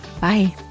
Bye